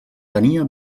tenia